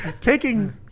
taking